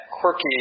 quirky